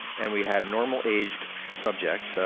and we had normal-aged subjects,